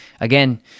Again